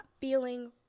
feeling